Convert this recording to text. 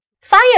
Fire